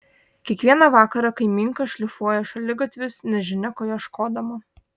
kiekvieną vakarą kaimynka šlifuoja šaligatvius nežinia ko ieškodama